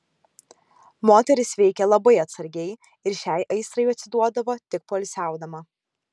moteris veikė labai atsargiai ir šiai aistrai atsiduodavo tik poilsiaudama